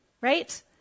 right